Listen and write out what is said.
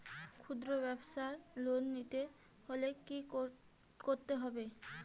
খুদ্রব্যাবসায় লোন নিতে হলে কি করতে হবে?